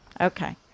Okay